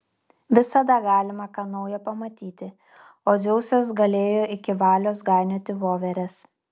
visada galima ką nauja pamatyti o dzeusas galėjo iki valios gainioti voveres